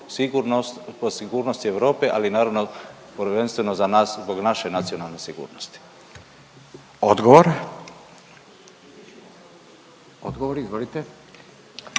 zbog sigurnosti Europe ali naravno prvenstveno za nas zbog naše nacionalne sigurnosti. **Radin, Furio